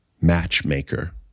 matchmaker